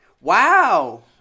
Wow